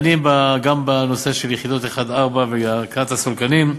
דנים גם בנושא של יחידות 1 4 והתקנת הסולקנים.